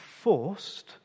forced